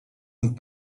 and